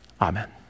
Amen